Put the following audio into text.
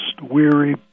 weary